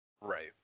Right